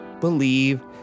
believe